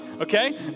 Okay